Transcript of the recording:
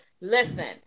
listen